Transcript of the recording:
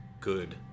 good